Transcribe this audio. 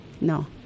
No